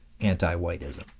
Anti-whiteism